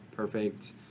perfect